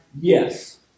Yes